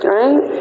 right